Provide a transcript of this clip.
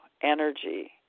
energy